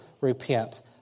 repent